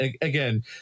again